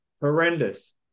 horrendous